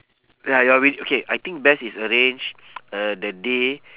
ya you're wi~ okay I think best is arrange uh the day